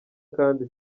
kandi